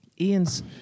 Ian's